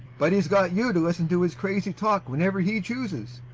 but he's got you to listen to his crazy talk whenever he chooses.